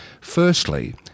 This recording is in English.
Firstly